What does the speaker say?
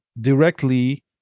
directly